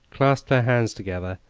clasped her hands together,